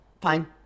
fine